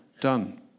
done